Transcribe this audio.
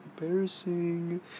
Embarrassing